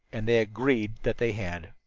and they agreed that they had.